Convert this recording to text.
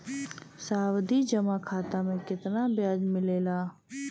सावधि जमा खाता मे कितना ब्याज मिले ला?